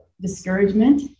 discouragement